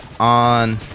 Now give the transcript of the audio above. on